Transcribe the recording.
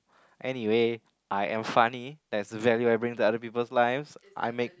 anyway I am funny that is value I bring to other peoples' lives I make